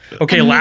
Okay